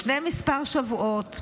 לפני כמה שבועות,